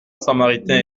samaritain